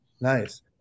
Nice